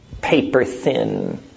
paper-thin